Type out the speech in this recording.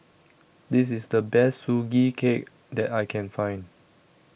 This IS The Best Sugee Cake that I Can Find